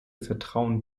vertrauen